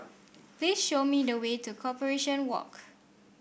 please show me the way to Corporation Walk